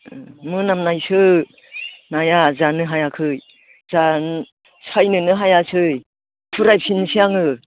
मोनामनायसो नाया जानो हायाखै जा सायनोनो हायाखै फिरायफिननोसै आङो